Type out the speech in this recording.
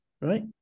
right